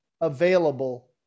available